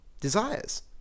desires